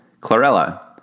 Chlorella